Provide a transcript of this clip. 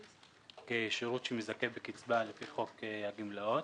כשירות שמזכה בקצבה לפי חוק הגמלאות,